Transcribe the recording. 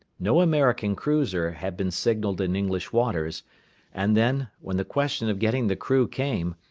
no american cruiser had been signalled in english waters and, then, when the question of getting the crew came,